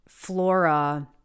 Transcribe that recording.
Flora